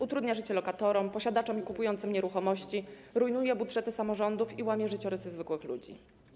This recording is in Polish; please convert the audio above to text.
Utrudnia życie lokatorom, posiadaczom i kupującym nieruchomości, rujnuje budżety samorządów i łamie życiorysy zwykłych ludzi.